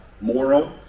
moral